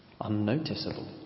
unnoticeable